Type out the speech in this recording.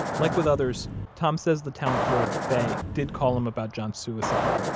like with others, tom says the town clerk, faye, did call him about john suicide,